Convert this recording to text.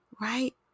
Right